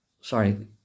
sorry